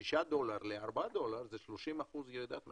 מ-6 דולר ל-4 דולר זה 30% ירידת מחיר.